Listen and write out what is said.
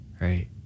right